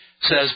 says